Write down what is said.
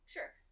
Sure